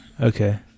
Okay